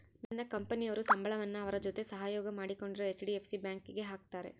ನನ್ನ ಕಂಪನಿಯವರು ಸಂಬಳವನ್ನ ಅವರ ಜೊತೆ ಸಹಯೋಗ ಮಾಡಿಕೊಂಡಿರೊ ಹೆಚ್.ಡಿ.ಎಫ್.ಸಿ ಬ್ಯಾಂಕಿಗೆ ಹಾಕ್ತಾರೆ